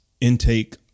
intake